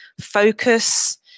focus